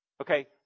Okay